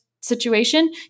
situation